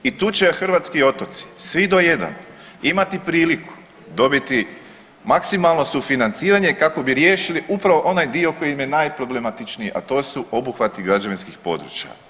I tu će hrvatski otoci, svi do jedan, imati priliku dobiti maksimalno sufinanciranje kako bi riješili upravo onaj dio koji im je najproblematičniji, a to su obuhvati građevinskih područja.